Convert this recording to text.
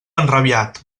enrabiat